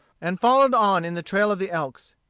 and followed on in the trail of the elks.